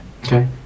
Okay